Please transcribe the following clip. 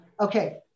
Okay